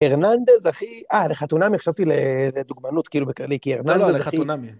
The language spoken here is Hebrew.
הרננדז הכי, אה, לחתונמי? אני חשבתי לדוגמנות, כאילו בכללי, כי הרננדז הכי...לא, לא, לחתונמי